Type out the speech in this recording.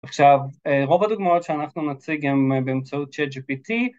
עכשיו רוב הדוגמאות שאנחנו נציג הן באמצעות צ'אט gpt